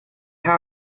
how